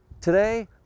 Today